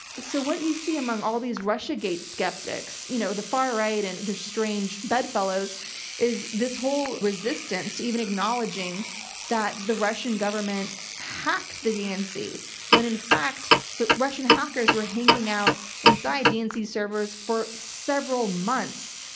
so what you see among all these russiagate skeptics, you know the far right and they're strange bedfellows is this whole resistance to even acknowledging that the russian government hacked the dnc when in fact the russian hackers were hanging out inside dnc servers for several months,